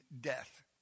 death